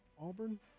Auburn